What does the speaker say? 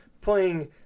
playing